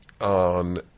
on